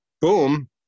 boom